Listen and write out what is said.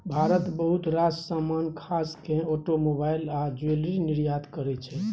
भारत बहुत रास समान खास केँ आटोमोबाइल आ ज्वैलरी निर्यात करय छै